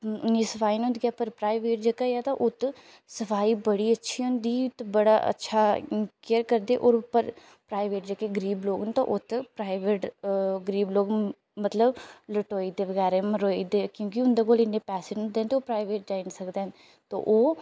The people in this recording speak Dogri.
इ'न्नी सफाई निं होंदी ऐ पर प्राइवेट जेह्का ऐ ते उत्त सफाई बड़ी अच्छी होंदी ते बड़ा अच्छा केयर करदे होर प्राइवेट जेह्के गरीब लोक न तो ओह् उत्त प्राइवेट गरीब लोक मतलब लटोई जंदे ते बगैरा मरोई दे क्योंकि उं'दे कोल इ'न्ने पैहे निं होंदे कि ओह् प्राइवेट जाई निं सकदे हैन ते ओह्